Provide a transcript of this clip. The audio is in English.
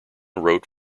wrote